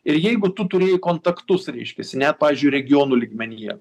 ir jeigu tu turėjai kontaktus reiškiasi net pavyzdžiui regionų lygmenyje